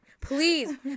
Please